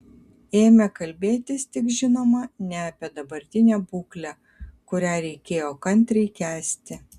ėmė kalbėtis tik žinoma ne apie dabartinę būklę kurią reikėjo kantriai kęsti